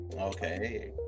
Okay